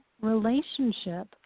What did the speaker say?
relationship